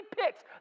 picks